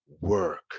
work